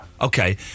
Okay